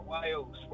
Wales